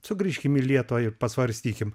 sugrįžkim į lietuvą ir pasvarstykim